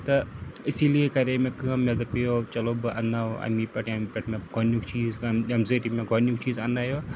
تہٕ اسی لیے کَرے مےٚ کٲم مےٚ دَپییو چلو بہٕ اَنٛناو اَمی پٮ۪ٹھ ییٚمہِ پٮ۪ٹھ مےٚ گۄڈٕنیُک چیٖز ییٚمہِ ذٔریعہِ مےٚ گۄڈٕنیُک چیٖز اَنٛنایو